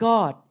God